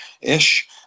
ish